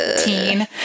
teen